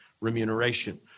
remuneration